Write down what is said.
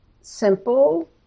simple